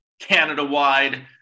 canada-wide